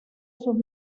sus